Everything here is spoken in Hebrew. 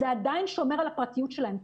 זה עדיין שומר על הפרטיות שלהם,